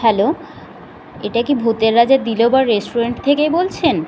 hello এটা কি ভূতের রাজা দিলো বর রেস্টুরেন্ট থেকে বলছেন